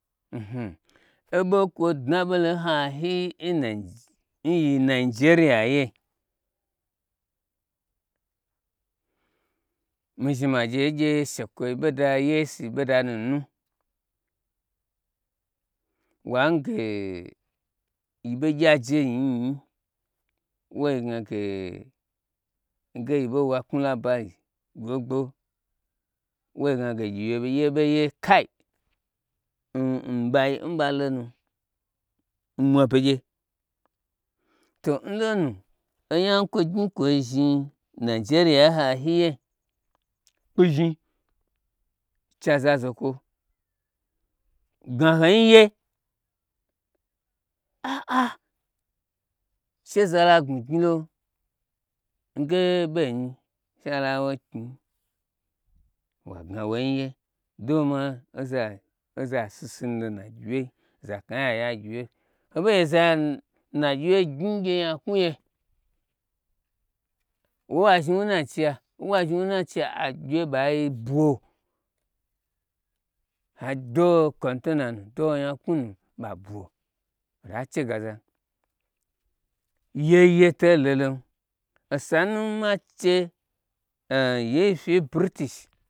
Nhini oɓo kwo dua ɓolo n hayi n yi nijeriyaye mi zhni magye ngye shekwoyi ɓoda yesu ɓodanu nu, wange yi ɓei gyia jeyi nyi yi nyi woi gna ge yi ɓei wo'a knuu nabali gbogbo, woi gnage gyi wyeye ɓeiye kai n n ɓai n balonu n mwa begye to n lonu onya n kwo gnyi kwoi zhni nijeriya n hai ye kpmi zhni cha za zokwo gna honiye, a'a she za lagbmi gnyil nge ɓe nyi she alawo knyi wa gnawoinye dohoma oza oza sisinulo n na gyi wyei zaknai ya guiwye hoɓagye zan nagyiwyei gnyi ngije nya knwu ye wo ye wa zhni wuna n cheiya agyimwu bai bwo adoho contenan doho anya knwu nu ɓa bwo wota che gazam yeye to lolom osanu n ma am ye fyi n